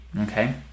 okay